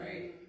Right